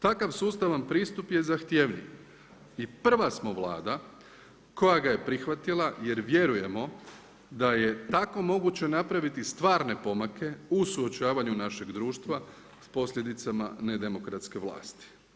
Takav sustavan pristup je zahtjevniji i prva smo Vlada koja ga je prihvatila jer vjerujemo da je tako moguće napraviti stvarne pomake u suočavanju našeg društva s posljedicama nedemokratske vlasti.